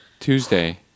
Tuesday